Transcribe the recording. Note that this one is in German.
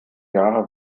jahre